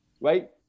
right